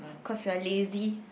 cause you are lazy